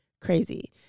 crazy